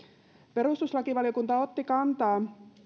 perustuslakivaliokunta otti lausunnossaan kantaa